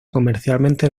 comercialmente